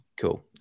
Cool